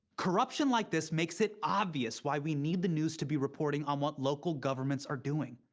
corruption like this makes it obvious why we need the news to be reporting on what local governments are doing.